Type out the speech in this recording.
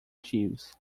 jeeves